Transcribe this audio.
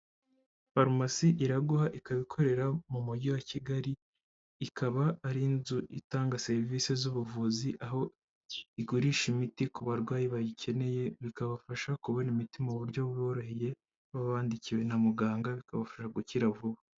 Farumasi Iraguha ikaba ikorera mu Mujyi wa Kigali, ikaba ari inzu itanga serivise z'ubuvuzi, aho igurisha imiti ku barwayi bayikeneye, bikabafasha kubona imiti mu buryo buboroheye, baba bandikiwe na muganga, bikabafasha gukira vuba.